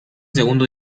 segundo